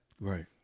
Right